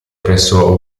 presso